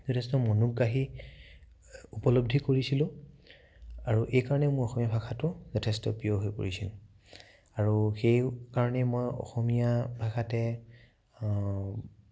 যথেষ্ট মনোগ্ৰাহী উপলব্ধি কৰিছিলোঁ আৰু এই কাৰণেই মোৰ অসমীয়া ভাষাটো যথেষ্ট প্ৰিয় হৈ পৰিছিল আৰু সেইকাৰণে মই অসমীয়া ভাষাতে